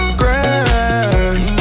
grand